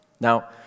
Now